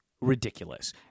ridiculous